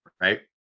right